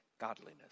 godliness